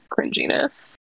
cringiness